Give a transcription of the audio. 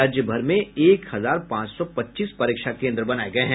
राज्यभर में एक हजार पांच सौ पच्चीस परीक्षा केन्द्र बनाये गये हैं